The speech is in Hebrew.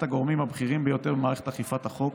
הגורמים הבכירים ביותר במערכת אכיפת החוק,